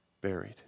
buried